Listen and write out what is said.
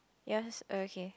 yours is oh okay